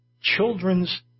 children's